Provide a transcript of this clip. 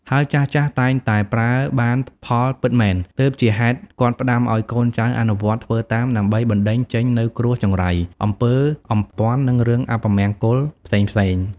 ហើយចាស់ៗតែងតែប្រើបានផលពិតមែន ទើបជាហេតុគាត់ផ្តាំឲ្យកូនចៅអនុវត្តធ្វើតាមដើម្បីបណ្តេញចេញនូវគ្រោះចង្រៃ អំពើអំព័ន្ធ និងរឿងអពមង្គលផ្សេងៗ។